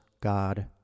God